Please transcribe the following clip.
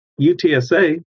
UTSA